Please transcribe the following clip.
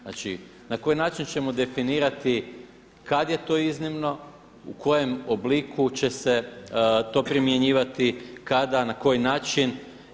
Znači na koji način ćemo definirati kad je to iznimno, u kojem obliku će se to primjenjivati, kada, na koji način.